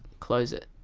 close it